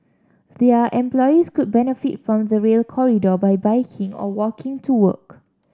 their employees could benefit from the Rail Corridor by biking or walking to work